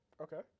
Okay